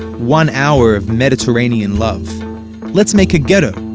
one hour of mediterranean love let's make a ghetto.